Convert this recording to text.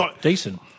Decent